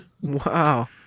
Wow